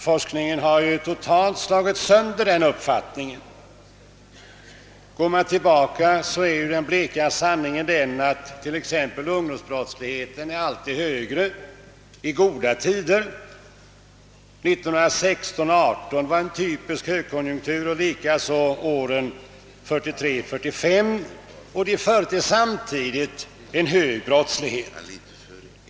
Forskningen har totalt slagit sönder den uppfattningen. Den bleka sanningen är att t.ex. ungdomsbrottsligheten alltid är högre under goda tider. Åren 1916 —L1918 rådde det en typisk högkonjunktur, likaså åren 1943—1945. Dessa år hade vi samtidigt en hög brottslighet.